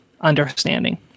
understanding